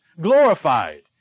glorified